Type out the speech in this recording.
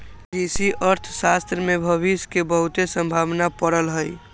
कृषि अर्थशास्त्र में भविश के बहुते संभावना पड़ल हइ